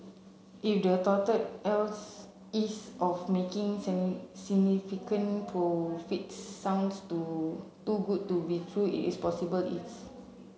if the touted else ease of making significant profits sounds too too good to be true it possibly is